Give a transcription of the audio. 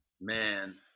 Man